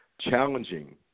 challenging